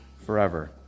forever